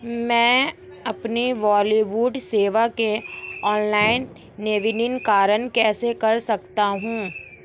मैं अपनी ब्रॉडबैंड सेवा का ऑनलाइन नवीनीकरण कैसे कर सकता हूं?